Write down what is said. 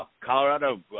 Colorado –